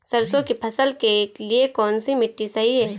सरसों की फसल के लिए कौनसी मिट्टी सही हैं?